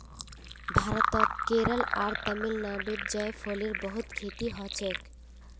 भारतत केरल आर तमिलनाडुत जायफलेर बहुत खेती हछेक